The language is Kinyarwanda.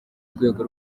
rwego